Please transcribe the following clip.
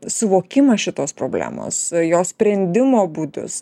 suvokimą šitos problemos jos sprendimo būdus